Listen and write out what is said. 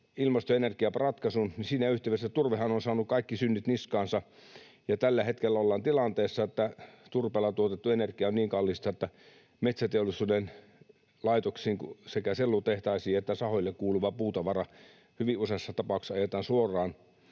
ilmasto- ja energiaratkaisun, niin siinä yhteydessähän turve on saanut kaikki synnit niskaansa, ja tällä hetkellä ollaan tilanteessa, että turpeella tuotettu energia on niin kallista, että metsäteollisuuden laitoksiin, sekä sellutehtaisiin että sahoille, kuuluva puutavara hyvin useassa tapauksessa ajetaan suoraan